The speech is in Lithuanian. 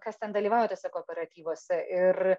kas ten dalyvauja tuose kooperatyvuose ir